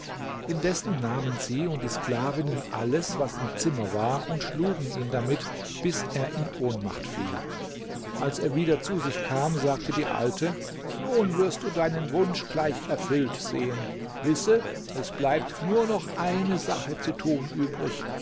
indessen nahmen sie und die sklavinnen alles was im zimmer war und schlugen ihn damit bis er in ohnmacht fiel als er wieder zu sich kam sagte die alte nun wirst du deinen wunsch gleich erfüllt sehen wisse es bleibt nur noch eine sache zu tun übrig